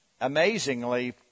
amazingly